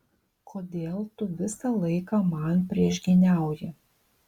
kodėl tu visą laiką man priešgyniauji